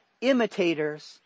imitators